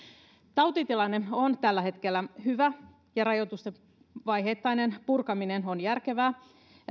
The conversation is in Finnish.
tautitilanne on tällä hetkellä hyvä ja rajoitusten vaiheittainen purkaminen on järkevää